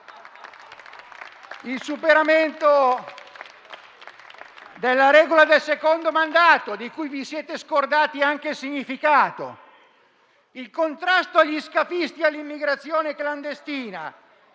il superamento della regola del secondo mandato, di cui vi siete scordati anche il significato, e per il contrasto agli scafisti e all'immigrazione clandestina,